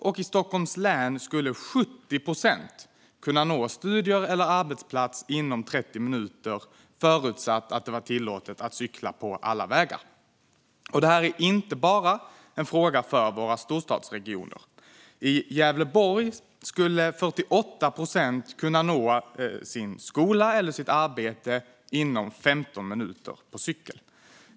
Och i Stockholms län skulle 70 procent kunna nå studier eller arbetsplats inom 30 minuter förutsatt att det var tillåtet att cykla på alla vägar. Det här är inte bara en fråga för storstadsregionerna. I Gävleborg skulle 48 procent kunna nå sin skola eller sitt arbete inom 15 minuter på cykel.